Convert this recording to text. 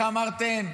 איך אמרתם?